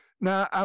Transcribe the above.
Now